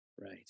Right